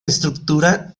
estructura